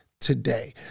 Today